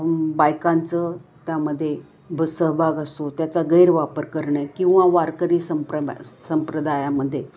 बायकांचं त्यामध्ये ब सहभाग असो त्याचा गैरवापर करणे किंवा वारकरी संप्रमा संप्रदायामध्ये